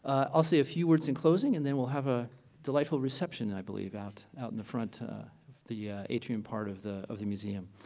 ah i'll say a few words in closing and then we'll have a delightful reception i believe out out in the front of the atrium part of the of the museum.